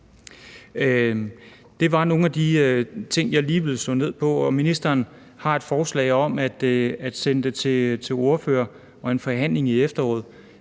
Det var nogle af de ting, som jeg lige ville slå ned på. Ministeren har et forslag om at sende det til ordførerkredsen til en forhandling i efteråret.